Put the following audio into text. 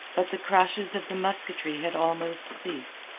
but the crashes of the musketry had almost ceased.